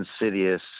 insidious